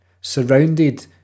surrounded